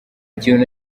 kintu